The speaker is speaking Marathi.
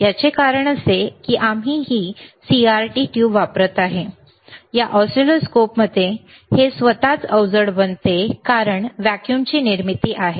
याचे कारण असे आहे की आम्ही CRT कॅथोड रे ट्यूब वापरत आहोत या ऑसिलोस्कोपमध्ये हे स्वतःच अवजड बनवते कारण व्हॅक्यूमची निर्मिती आहे